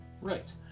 Right